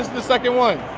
the second one